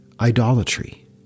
idolatry